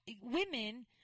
women